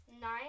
Nine